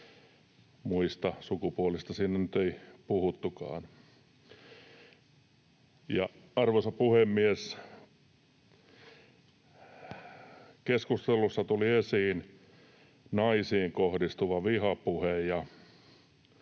muista sukupuolista siinä nyt ei puhuttukaan. Arvoisa puhemies! Keskustelussa tuli esiin naisiin kohdistuva vihapuhe